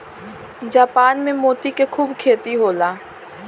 Japan में मोती के खूब खेती होला